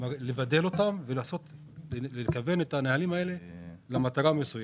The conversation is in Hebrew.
צריך לקדם את הנהלים למטרה מסוימת,